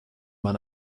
mann